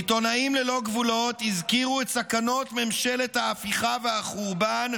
עיתונאים ללא גבולות הזכירו את סכנות ממשלת ההפיכה והחורבן,